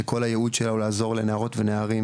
שכל הייעוד שלה הוא לעזור לנערות ונערים